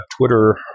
Twitter